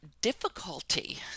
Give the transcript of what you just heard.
difficulty